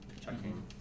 checking